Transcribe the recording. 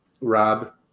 Rob